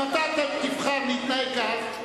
אם אתה תבחר להתנהג כך,